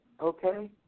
Okay